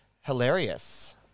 hilarious